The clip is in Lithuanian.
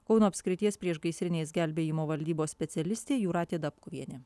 kauno apskrities priešgaisrinės gelbėjimo valdybos specialistė jūratė dabkuvienė